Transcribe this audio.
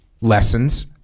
lessons